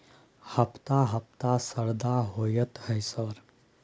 हफ्ता हफ्ता शरदा होतय है सर?